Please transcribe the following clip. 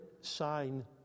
sign